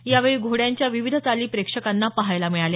यावेळी घोड्यांच्या विविध चाली प्रेक्षकांना पहायला मिळाल्या